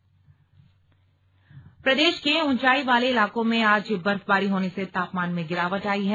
slug मौसम उत्तराखंड प्रदेश के ऊंचाई वाले इलाकों में आज बर्फबारी होने से तापमान में गिरावट आई है